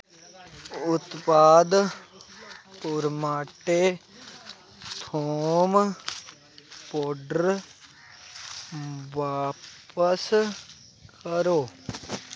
उत्पाद पुरमाटे थोम पौडर बापस करो